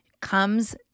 comes